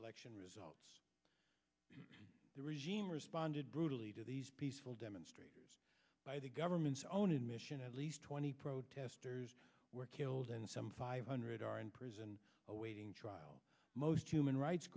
election results the regime responded brutally to these peaceful demonstrators by the government's own admission at least twenty protesters were killed and some five hundred are in prison awaiting trial most human rights